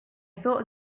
thought